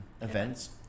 events